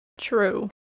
True